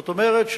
זאת אומרת,